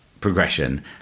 progression